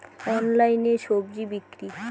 অনলাইনে স্বজি বিক্রি?